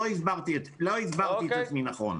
לא הסברתי את עצמי נכון.